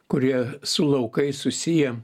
kurie su laukais susiję